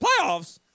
playoffs